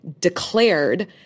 declared